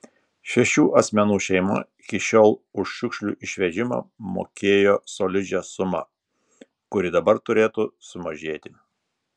šešių asmenų šeima iki šiol už šiukšlių išvežimą mokėjo solidžią sumą kuri dabar turėtų sumažėti